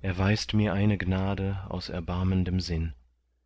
erweist mir eine gnade aus erbarmendem sinn